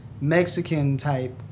Mexican-type